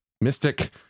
Mystic